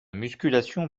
musculation